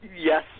Yes